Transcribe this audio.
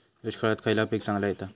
दुष्काळात खयला पीक चांगला येता?